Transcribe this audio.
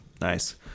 Nice